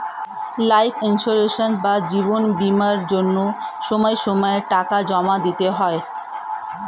life insurance বা জীবন বীমার জন্য সময় সময়ে টাকা জমা দিতে হয়